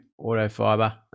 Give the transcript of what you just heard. Autofiber